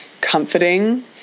comforting